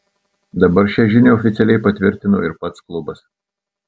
dabar šią žinią oficialiai patvirtino ir pats klubas